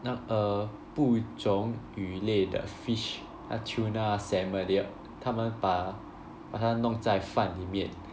那 err 不种鱼类的 fish like tuna salmon they 他们把把他弄在饭里面